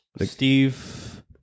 Steve